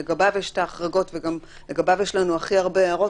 שלגביו יש את ההחרגות וגם לגביו יש לנו הכי הרבה הערות,